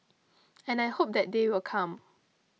and I hope that day will come